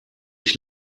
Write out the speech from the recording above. ich